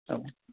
औ